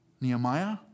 Nehemiah